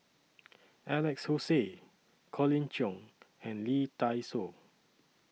Alex Josey Colin Cheong and Lee Dai Soh